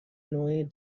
نوعی